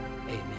Amen